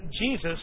Jesus